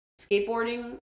skateboarding